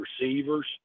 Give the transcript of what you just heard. receivers